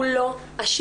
הוא לא אשם.